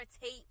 tape